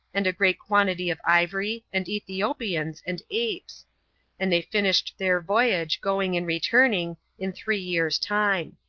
and a great quantity of ivory, and ethiopians, and apes and they finished their voyage, going and returning, in three years' time.